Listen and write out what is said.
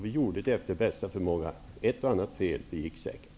Vi gjorde det efter bästa förmåga; ett och annat fel begicks säkert.